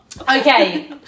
Okay